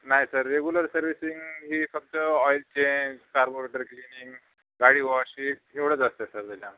नाही sir regular servicing ही फक्त ऑईल चेंज कार्बोरेटल क्लीनिंग गाडी वॉशेस एवढंच असते सर त्याच्या